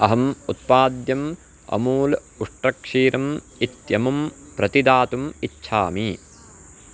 अहम् उत्पाद्यम् अमूल् उष्ट्रक्षीरम् इत्यमुं प्रतिदातुम् इच्छामि